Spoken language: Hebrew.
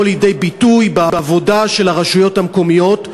לידי ביטוי בעבודה של הרשויות המקומיות.